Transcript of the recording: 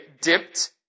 dipped